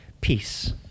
peace